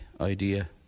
idea